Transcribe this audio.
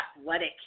athletic